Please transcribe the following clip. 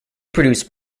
produced